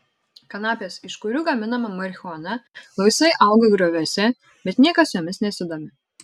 kanapės iš kurių gaminama marihuana laisvai auga grioviuose bet niekas jomis nesidomi